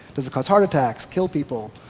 does it cause heart attacks, kill people,